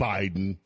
Biden